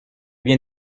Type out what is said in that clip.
bien